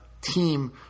Team